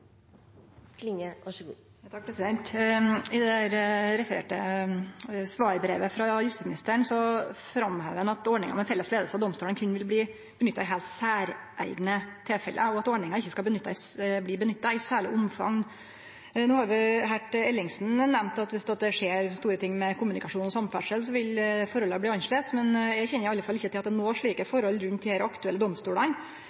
I det refererte svarbrevet frå justisministeren framhevar han at ordninga med felles leiing av domstolane berre vil bli nytta i heilt særeigne tilfelle, og at ordninga ikkje skal bli nytta i særleg omfang. No har vi høyrt Ellingsen nemne at dersom det skjer store ting med kommunikasjon og samferdsel, vil forholda bli annleis, men eg kjenner iallfall ikkje til at det er nokre slike